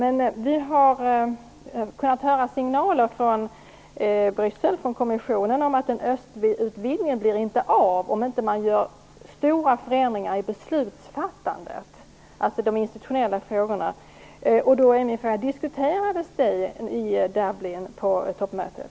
Vi har kunnat höra signaler från Bryssel och från kommissionen om att en östutvidgning inte blir av om man inte gör stora förändringar i beslutsfattandet, alltså de institutionella frågorna. Min fråga är då: Diskuterades det i Dublin på toppmötet?